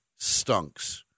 stunks